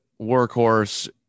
workhorse